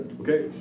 Okay